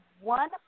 one